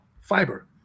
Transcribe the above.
fiber